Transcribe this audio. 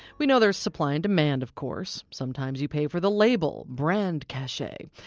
we know there's supply and demand, of course. sometimes you pay for the label, brand cachet.